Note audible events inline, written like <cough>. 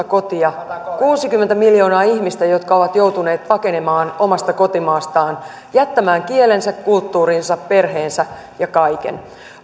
<unintelligible> kotia kuusikymmentä miljoonaa ihmistä jotka ovat joutuneet pakenemaan omasta kotimaastaan jättämään kielensä kulttuurinsa perheensä ja kaiken